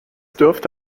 dürfte